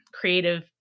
creative